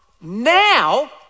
now